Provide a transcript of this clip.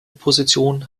position